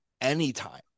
anytime